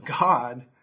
God